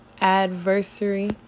adversary